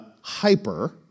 hyper